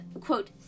quote